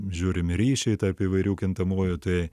žiūrimi ryšiai tarp įvairių kintamuojų tai